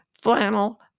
flannel